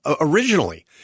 originally